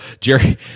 Jerry